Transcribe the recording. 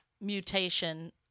mutation